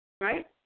Right